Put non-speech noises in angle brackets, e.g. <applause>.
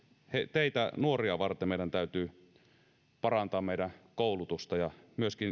teitä nuoria varten meidän täytyy parantaa meidän koulutusta ja myöskin <unintelligible>